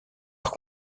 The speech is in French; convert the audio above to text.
leur